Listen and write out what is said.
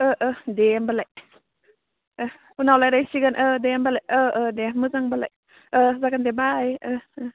दे होमब्लालाय दे उनाव रायज्लायसिगोन दे होमब्लालाय दे मोजांब्लालाय जागोन दे बाय